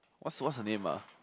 what's what's her name ah